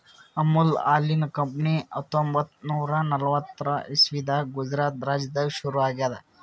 ಅಮುಲ್ ಹಾಲಿನ್ ಕಂಪನಿ ಹತ್ತೊಂಬತ್ತ್ ನೂರಾ ನಲ್ವತ್ತಾರ್ ಇಸವಿದಾಗ್ ಗುಜರಾತ್ ರಾಜ್ಯದಾಗ್ ಶುರು ಆಗ್ಯಾದ್